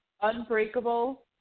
Unbreakable